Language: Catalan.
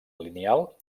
lineal